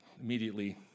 immediately